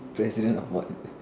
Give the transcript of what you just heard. president of what